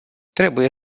trebuie